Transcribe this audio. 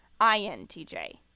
INTJ